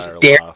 dare